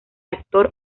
actor